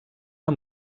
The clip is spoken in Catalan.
amb